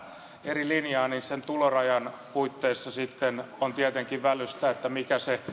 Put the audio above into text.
eri linjaa niin sen tulorajan puitteissa sitten on välystä siinä mikä se